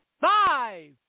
Five